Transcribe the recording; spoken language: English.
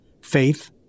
Faith